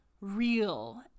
real